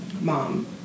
Mom